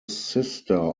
sister